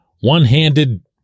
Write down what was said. one-handed